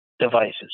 Devices